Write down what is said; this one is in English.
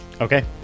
Okay